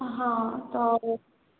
ହଁ ତ